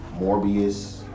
Morbius